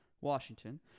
Washington